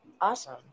Awesome